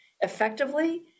effectively